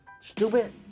Stupid